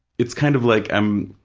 it's kind of like i'm,